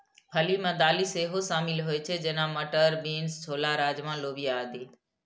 फली मे दालि सेहो शामिल होइ छै, जेना, मटर, बीन्स, छोला, राजमा, लोबिया आदि